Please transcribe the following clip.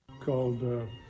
Called